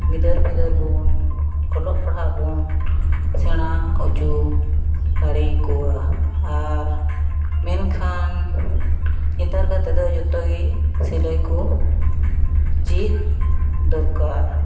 ᱜᱤᱫᱟᱹᱨᱼᱯᱤᱫᱟᱹᱨᱵᱚᱱ ᱚᱞᱚᱜᱼᱯᱟᱲᱦᱟᱜᱵᱚᱱ ᱥᱮᱬᱟ ᱚᱪᱚ ᱫᱟᱲᱮᱭᱟᱠᱚᱣᱟ ᱟᱨ ᱢᱮᱱᱠᱷᱟᱱ ᱱᱮᱛᱟᱨ ᱠᱟᱛᱮᱫ ᱫᱚ ᱡᱚᱛᱚᱜᱮ ᱥᱤᱞᱟᱹᱭᱠᱚ ᱪᱮᱫ ᱫᱚᱨᱠᱟᱨ